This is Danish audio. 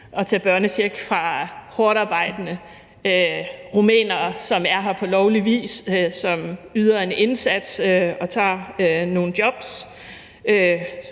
at tage børnechecken fra hårdtarbejdende rumænere, som er her på lovlig vis, yder en indsats og tager nogle jobs,